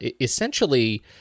essentially